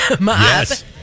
Yes